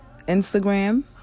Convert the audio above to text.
Instagram